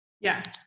Yes